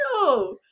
No